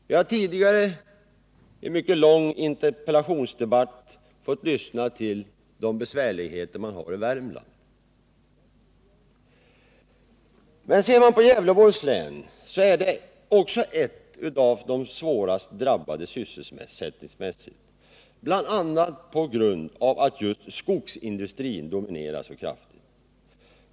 Vi har tidigare i en mycket lång interpellationsdebatt fått lyssna på besvärligheterna i Värmland. Gävleborgs län är ett av de svårast drabbade länen sysselsättningsmässigt, bl.a. på grund av att just skogsindustrin dominerar så kraftigt.